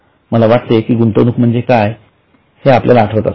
मला वाटते की गुंतवणूक म्हणजे काय हे आपल्याला आठवत असेल